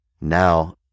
now